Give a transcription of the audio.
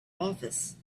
office